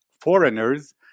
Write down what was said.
foreigners